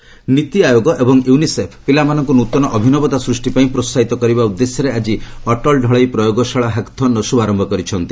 ନୀତି ଆୟୋଗ ୟୁନିସେଫ ନୀତି ଆୟୋଗ ଏବଂ ୟୁନିସେଫ ପିଲାମାନଙ୍କୁ ନୂତନ ଅଭିନବତା ସୃଷ୍ଟି ପାଇଁ ପ୍ରୋହାହିତ କରିବା ଉଦ୍ଦେଶ୍ୟରେ ଆଜି ଅଟଳ ଡଳେଇ ପ୍ରୟୋଗଶାଳା ହାକ୍ଥନ୍ର ଶୁଭାରମ୍ଭ କରିଛନ୍ତି